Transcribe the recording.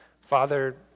Father